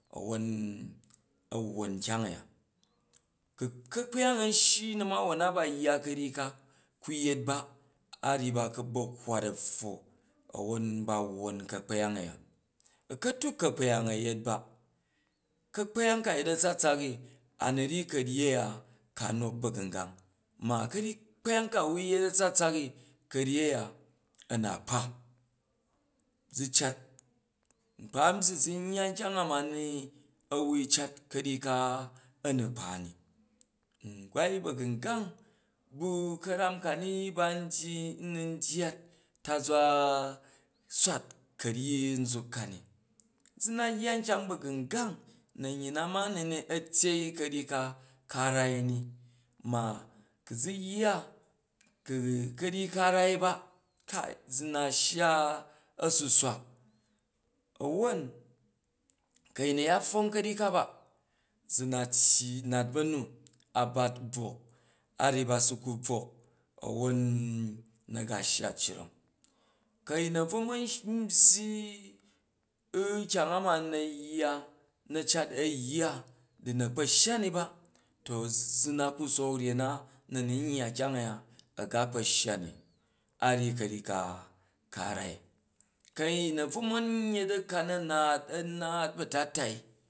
A̱won a wwon kyang a̱ya, ku ka̱kpyang a̱ man shyi na̱mawon na ba yya ka̱ryyi ka ku yet ba a ryyi ba ba kkwat a̱pffo a̱wong ba wwon ka̱kpyang a̱ya, a̱katuk ka̱kpyanga yet ba, ka̱kpyang ka a̱ yet a̱tsatsak i anu ryyi ka̱ryyi a̱ya ka nok ba̱ gungang, ma ka̱kpyong ka a̱ wui yet a̱tsatsak ni ka̱ryyi u ya a̱ na kpa zu cat, nkpa n byyi zu n yya nkyang a ma ni ni a wui cat ka̱ryyi kaa nu kpa ni, n gwai ba̱gungang bu̱ ka̱rak ka ni ban dyyi u nun dyat tazwa bwat ka̱ryyi nzuk kani, zu na yya nkyang ba̱gungang nan yyi na mani a̱ tyei ka̱ryyi ka ka rai ni ma ku zu yya, au u-ka̱ryyi ka rai ba kai zu na shya a̱suswak a̱won ku a̱yin a ya pfwong ka̱ryyi ka ba za na tyyi, nat ba nu a bat brok a ryyi crang, kru a̱yin a bvo man byyi u, kyang na yya na cat a yya du na kpa̱ shya ni ba, to zu na ku sook ryen na na̱ nun yya kyang a̱ya aga kpa̱ shyani a ryyi ka̱ryyi ka ka rai, ku a̱yin a bvo man yet a kan a̱ naat a̱ naat ba̱tatai